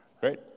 Great